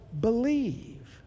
believe